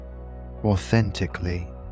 authentically